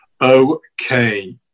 okay